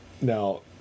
now